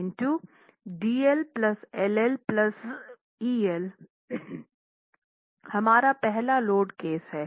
इसलिए075 DL LL EL हमारा पहला load case है